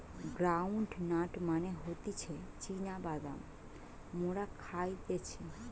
ground nut মানে হতিছে চীনা বাদাম মোরা খাইতেছি